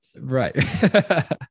Right